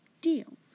Deal